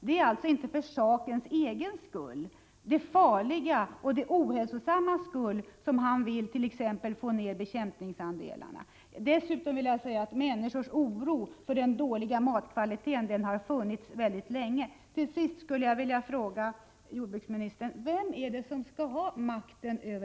Det är alltså inte för sakens egen skull, det farligas och det ohälsosammas skull, som han t.ex. vill få ned bekämpningsandelarna. Dessutom vill jag säga att människors oro för den dåliga matkvaliteten har funnits länge.